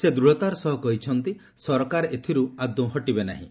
ସେ ଦୂଢ଼ତାର ସହ କହିଛନ୍ତି ସରକାର ଏଥିରୁ ଆଦୌ ହଟିବେ ନାହିଁ